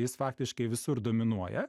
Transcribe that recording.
jis faktiškai visur dominuoja